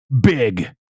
big